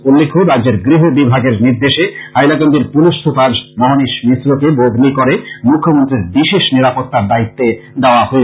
উল্লেখ্য রাজ্যের গৃহ বিভাগের নির্দেশে হাইলাকান্দির পুলিশ সুপার মহনিশ মিশ্রকে বদলি করে মূখ্যমন্ত্রীর বিশেষ নিরাপত্তার দায়িত্ব দে ওয়া হয়েছে